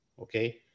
okay